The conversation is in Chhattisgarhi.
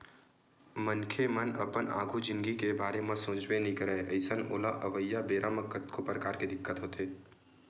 मनखे मन अपन आघु जिनगी के बारे म सोचबे नइ करय अइसन ओला अवइया बेरा म कतको परकार के दिक्कत होथे